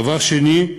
דבר שני,